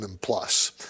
plus